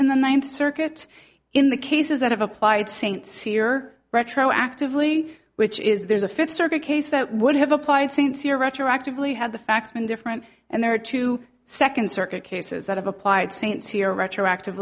in the ninth circuit in the cases that have applied st cyr retroactively which is there's a fifth circuit case that would have applied st cyr retroactively had the facts been different and there are two second circuit cases that have applied st cyr retroactive